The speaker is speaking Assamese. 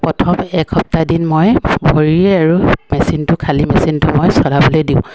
প্ৰথম একসপ্তাহদিন মই ভৰিৰে আৰু মেচিনটো খালী মেচিনটো মই চলাবলে দিওঁ